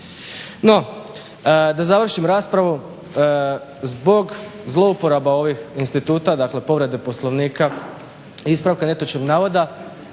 No, da završim raspravu. Zbog zlouporaba ovih instituta, dakle povrede Poslovnika i ispravka netočnog navoda